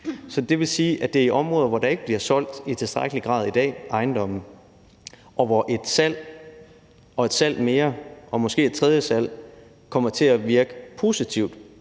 Så det vil sige, at det er i områder, hvor der ikke i tilstrækkelig grad i dag bliver solgt ejendomme, og hvor et salg og et salg mere og måske et tredje salg kommer til at virke positivt